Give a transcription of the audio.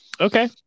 Okay